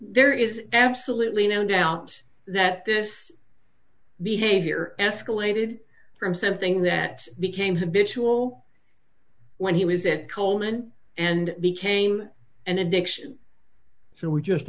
there is absolutely no doubt that this behavior escalated from something that became have visual when he was at coleman and became an addiction so we just